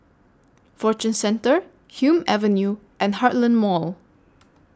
Fortune Centre Hume Avenue and Heartland Mall